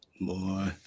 Boy